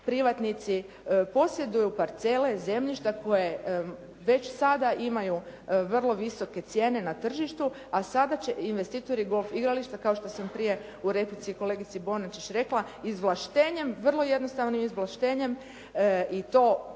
privatnici posjeduju parcele, zemljišta koje već sada imaju vrlo visoke cijene na tržištu, a sada će investitori golf igrališta kao što sam prije u replici kolegici Bonačić rekla, izvlaštenjem, vrlo jednostavnim izvlaštenjem i to prije